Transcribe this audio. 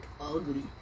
ugly